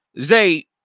Zay